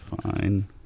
Fine